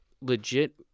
legit